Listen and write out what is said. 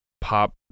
pop